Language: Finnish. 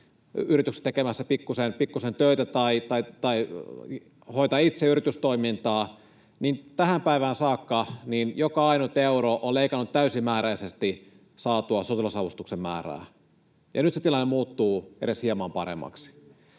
yrityksessä tekemässä pikkusen töitä tai hoitaa itse yritystoimintaa, niin tähän päivään saakka joka ainut euro on leikannut täysimääräisesti saatua sotilasavustuksen määrää. Nyt se tilanne muuttuu edes hieman paremmaksi.